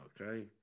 Okay